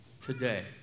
today